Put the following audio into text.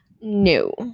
no